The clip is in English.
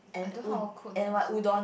I don't know how to cook that also